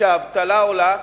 שהאבטלה עולה,